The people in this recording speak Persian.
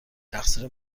تقصیر